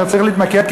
אני צריך להתמקד,